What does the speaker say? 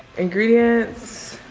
ingredients.